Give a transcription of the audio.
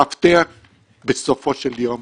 המפתח בסופו של יום,